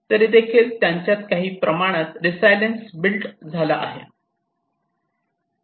तरीदेखील त्यांच्यात काही प्रमाणात रीसायलेन्स बिल्ड झाला आहे